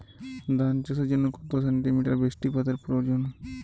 ধান চাষের জন্য কত সেন্টিমিটার বৃষ্টিপাতের প্রয়োজন?